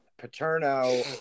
Paterno